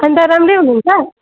अनि त राम्रै हुनुहुन्छ